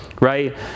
right